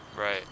Right